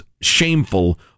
shameful